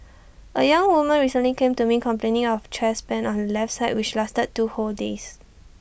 A young woman recently came to me complaining of chest pain on her left side which lasted two whole days